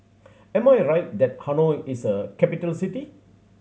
am I right that Hanoi is a capital city